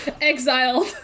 Exiled